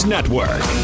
Network